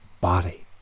body